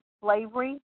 slavery